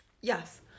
Yes